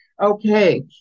Okay